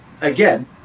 again